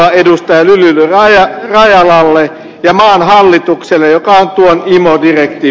ajatus täytyy ajaa nalle ja maan hallitukselle joka autioitti